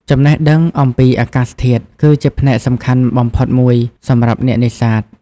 ចំណេះដឹងអំពីអាកាសធាតុគឺជាផ្នែកសំខាន់បំផុតមួយសម្រាប់អ្នកនេសាទ។